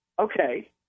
Okay